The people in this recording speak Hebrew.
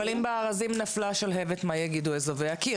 אבל אם בארזים נפלה השלהבת מה יגידו אזובי הקיר,